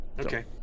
Okay